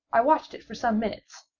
i watched it for some minutes,